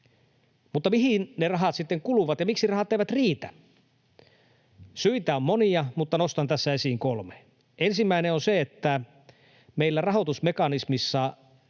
Mutta mihin ne rahat sitten kuluvat, ja miksi rahat eivät riitä? Syitä on monia, mutta nostan tässä esiin kolme. Ensimmäinen on se, että meillä rahoitusmekanismissa